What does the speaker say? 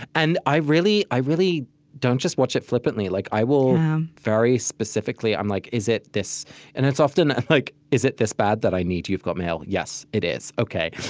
and i really i really don't just watch it flippantly. like i will very specifically i'm like, is it this and it's often, ah like is it this bad, that i need you've got mail? yes, it is. ok.